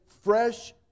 fresh